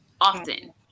often